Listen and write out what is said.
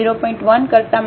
1 કરતા 0